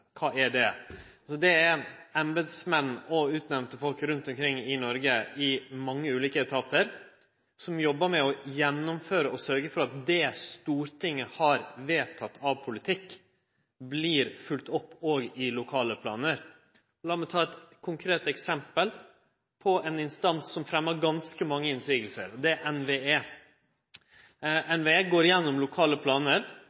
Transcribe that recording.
Kva er det? Det er embetsmenn og utnemnde folk rundt omkring i Noreg i mange ulike etatar som jobbar med å gjennomføre og sørgje for at det Stortinget har vedteke av politikk, vert følgt opp òg i lokale planar. Lat meg ta eit konkret eksempel på ein instans som fremjar ganske mange motsegner. Det er NVE. NVE går igjennom lokale planar,